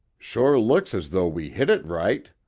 sure looks as though we hit it right.